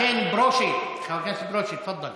לכן, חבר הכנסת ברושי, תפדל.